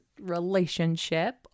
relationship